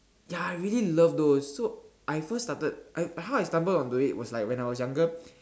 ya I really love those so I first started I how I stumble onto it was like when I was younger